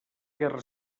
guerra